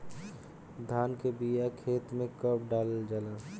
धान के बिया खेत में कब डालल जाला?